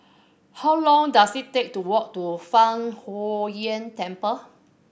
how long dose it take to walk to Fang Huo Yuan Temple